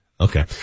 Okay